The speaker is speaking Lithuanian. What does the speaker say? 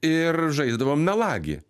ir žaisdavom melagį